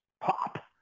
pop